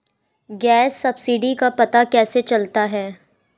Gas subsidy का पता कैसे चलता है?